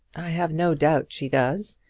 i have no doubt she does.